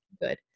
good